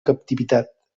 captivitat